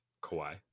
Kawhi